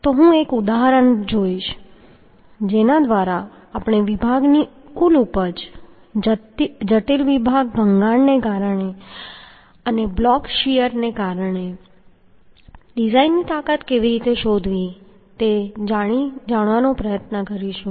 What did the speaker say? તો હું એક ઉદાહરણ જોઈશ જેના દ્વારા આપણે વિભાગની કુલ ઉપજ જટિલ વિભાગ ભંગાણને કારણે અને બ્લોક શીયરને કારણે ડિઝાઇનની તાકાત કેવી રીતે શોધી શકાય તે જોવાનો પ્રયત્ન કરીશું